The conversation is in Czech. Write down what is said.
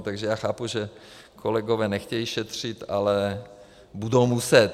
Takže já chápu, že kolegové nechtějí šetřit, ale budou muset.